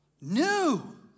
New